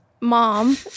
mom